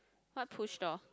what push door